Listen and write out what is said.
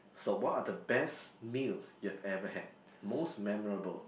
so what are the best meal you have ever had most memorable